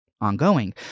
ongoing